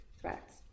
threats